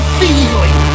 feeling